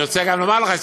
אני גם רוצה לומר לך,